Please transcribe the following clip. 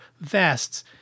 vests